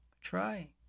Try